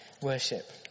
worship